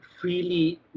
freely